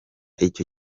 icyo